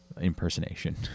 impersonation